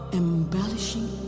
embellishing